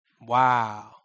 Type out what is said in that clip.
Wow